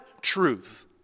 truth